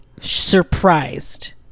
surprised